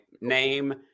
name